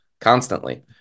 constantly